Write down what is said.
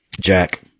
Jack